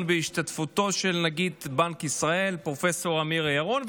בהשתתפותו של נגיד בנק ישראל פרופ' אמיר ירון.